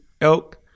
Elk